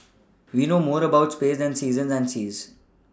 we know more about space than seasons and seas